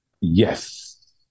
Yes